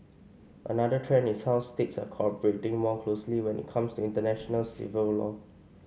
another trend is how states are cooperating more closely when it comes to international civil law